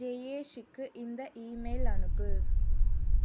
ஜெயேஷ்க்கு இந்த இமெயில் அனுப்பு